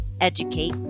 educate